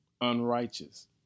unrighteous